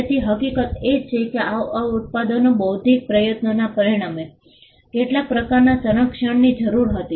તેથી હકીકત એ છે કે આ ઉત્પાદનો બૌદ્ધિક પ્રયત્નોના પરિણામે કેટલાક પ્રકારના સંરક્ષણની જરૂર હતી